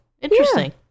interesting